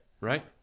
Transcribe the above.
right